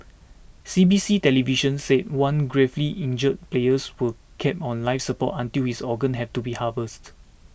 C B C television said one gravely injured player was kept on life support until his organs had to be harvested